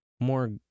more